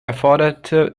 erforderte